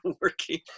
working